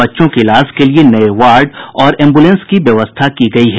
बच्चों के इलाज के लिये नये वार्ड और एम्बुलेंस की व्यवस्था की गयी है